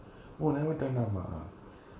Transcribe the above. oh never turn up mah